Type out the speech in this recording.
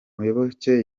muyoboke